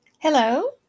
Hello